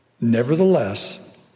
Nevertheless